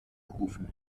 kufen